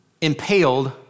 impaled